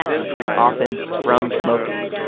which was often from smoking.